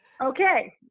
okay